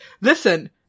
Listen